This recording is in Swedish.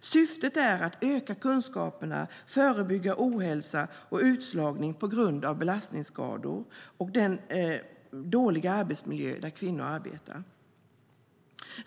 Syftet är att öka kunskapen och förebygga ohälsa och utslagning på grund av belastningsskador och den dåliga arbetsmiljö som kvinnor arbetar i.